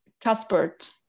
Cuthbert